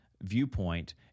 viewpoint